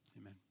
Amen